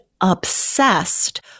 obsessed